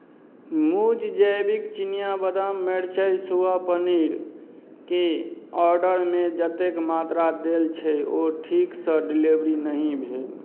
मूज़ जैविक चिनिया बदाम मरचाइ सोया पनीरके ऑर्डरमे जतेक मात्रा देल छै ओ ठीकसँ डिलेवरी नहि भेल